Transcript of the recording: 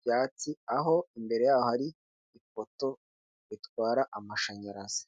byatsi, aho imbere yaho ari ipoto ritwara amashanyarazi.